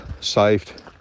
saved